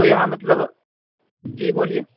تو یہاں مطلب جی بولیے